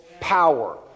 power